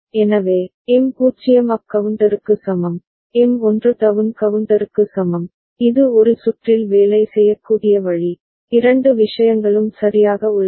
எனவே M 0 up கவுண்டருக்கு சமம் எம் 1 டவுன் கவுண்டருக்கு சமம் இது ஒரு சுற்றில் வேலை செய்யக்கூடிய வழி இரண்டு விஷயங்களும் சரியாக உள்ளன